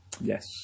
Yes